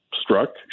struck